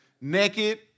naked